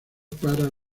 para